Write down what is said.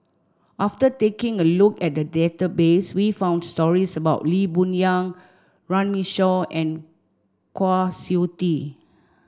after taking a look at the database we found stories about Lee Boon Wang Runme Shaw and Kwa Siew Tee